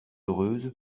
heureuse